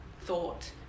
thought